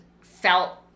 felt